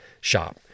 shop